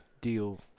deal